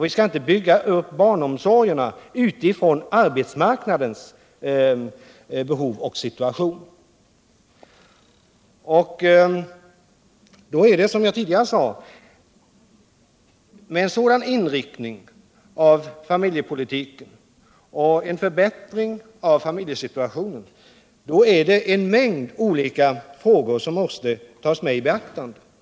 Vi skall inte bygga upp barnomsorgen utifrån arbetsmarknadens behov och situation. Med cen sådan inriktning av familjepolitiken och en förbättring av familjesituationen är det, som jag tidigare sade, en mängd olika frågor som måste tas I beaktande.